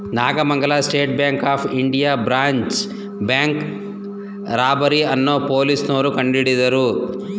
Nagamangala state bank of India branch bank robbery ಅನ್ನೋ ಪೊಲೀಸ್ನೋರು ಕಂಡುಹಿಡಿದರು